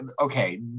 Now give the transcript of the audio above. okay